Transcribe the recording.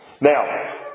Now